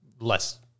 less